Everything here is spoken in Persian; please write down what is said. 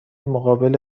مقابل